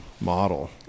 model